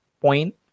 point